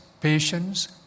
patience